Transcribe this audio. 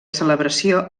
celebració